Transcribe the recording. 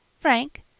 Frank